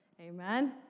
Amen